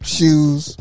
Shoes